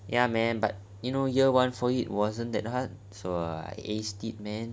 ya man but you know year one for it wasn't that hard so uh I aced it man